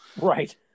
right